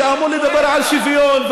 שאמור לדבר על שוויון,